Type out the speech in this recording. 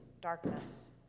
darkness